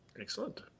excellent